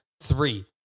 three